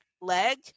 leg